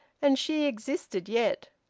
and she existed yet.